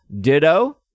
Ditto